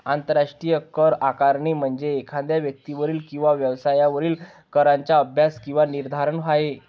आंतरराष्ट्रीय करआकारणी म्हणजे एखाद्या व्यक्तीवरील किंवा व्यवसायावरील कराचा अभ्यास किंवा निर्धारण आहे